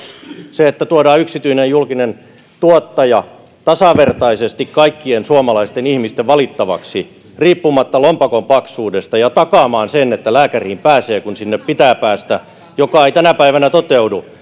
se että tuodaan yksityinen ja julkinen tuottaja tasavertaisesti kaikkien suomalaisten ihmisten valittavaksi riippumatta lompakon paksuudesta ja takaamaan sen että lääkäriin pääsee kun sinne pitää päästä mikä ei tänä päivänä toteudu